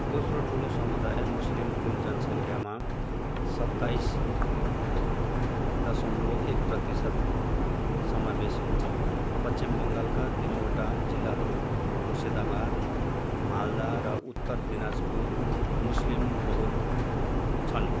दोस्रो ठुलो समुदाय मुस्लिम कुल जनसङ्ख्यामा सत्ताइस दसमलव एक प्रतिशत समावेश हुन्छन् पश्चिम बङ्गालका तिनवटा जिल्लाहरू मुर्सिदाबाद मालदा र उत्तर दिनाजपुर मुस्लिमबहुल छन्